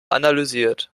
analysiert